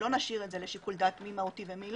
לא נשאיר את זה לשיקול דעת מי מהותי ומי